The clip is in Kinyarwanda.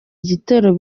igitero